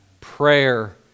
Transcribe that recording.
Prayer